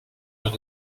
leur